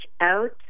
out